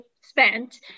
spent